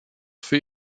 für